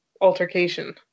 altercation